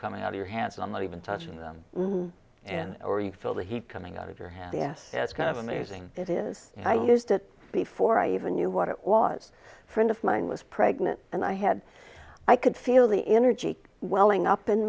coming out of your hands on that even touching them and or you feel the heat coming out of your hand yes it's kind of amazing it is and i used it before i even knew what it was a friend of mine was pregnant and i had i could feel the energy welling up